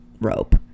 rope